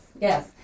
yes